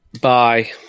Bye